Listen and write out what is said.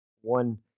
one